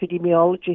epidemiology